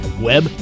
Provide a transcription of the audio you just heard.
web